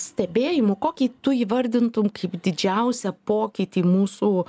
stebėjimų kokį tu įvardintum kaip didžiausią pokytį mūsų